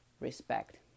respect